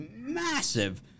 massive